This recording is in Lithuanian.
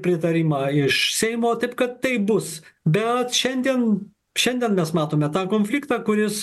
pritarimą iš seimo taip kad taip bus bet šiandien šiandien mes matome tą konfliktą kuris